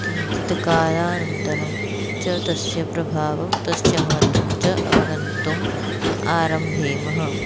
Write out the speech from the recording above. किञ्चित् कालानन्तरं च तस्य प्रभावं तस्य महत्त्वं च अवगन्तुम् आरम्भेमः